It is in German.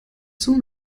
zum